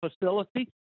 facility